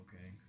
Okay